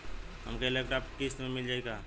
हमके एक लैपटॉप किस्त मे मिल जाई का?